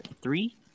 three